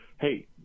Hey